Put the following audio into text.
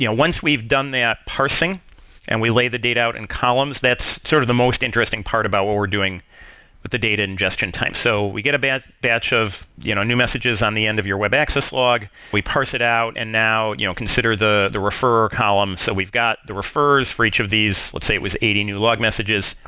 you know once we've done that parsing and we laid the data out in and columns, that's sort of the most interesting part about what we're doing with the data ingestion time. so we get a batch batch of you know new messages on the end of your web access log, we parse it out, and now you know consider the the refer column. so we've got the refers for each of these. let's say it was eighty new log messages.